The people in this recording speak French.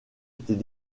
était